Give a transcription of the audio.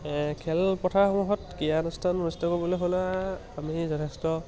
খেলপথাৰমূহত ক্ৰিড়া অনুুষ্ঠান অনুষ্ঠিত কৰিবলৈ হ'লে আমি যথেষ্ট